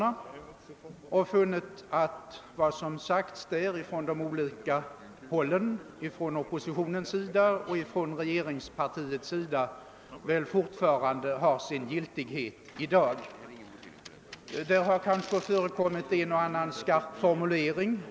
Jag har då funnit att vad som sagts från oppositionens och regeringspartiets sida väl fortfarande har sin giltighet. Det har kanske förekommit en och annan skarp formulering.